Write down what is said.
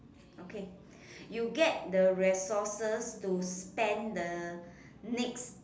okay you get the resources to spend the next